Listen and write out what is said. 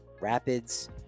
Rapids